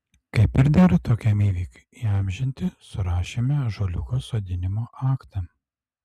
kaip ir dera tokiam įvykiui įamžinti surašėme ąžuoliuko sodinimo aktą